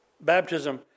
baptism